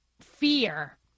fear